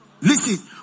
Listen